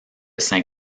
saint